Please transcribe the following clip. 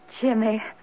Jimmy